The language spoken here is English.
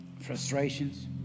frustrations